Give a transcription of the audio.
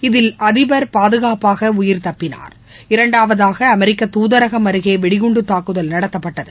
இதில் அதிபர் பாதுகாப்பாகஉயிர் தப்பினார் இரண்டாவதாகஅமெரிக்கதுதரகம் அருகே வெடிகுண்டுதாக்குதல் நடத்தப்பட்டது